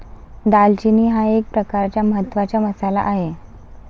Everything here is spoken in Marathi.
दालचिनी हा एक प्रकारचा महत्त्वाचा मसाला आहे